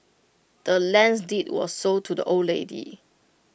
the land's deed was sold to the old lady